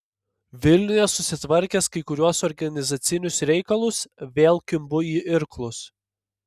vilniuje susitvarkęs kai kuriuos organizacinius reikalus vėl kimbu į irklus